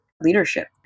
leadership